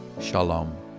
Shalom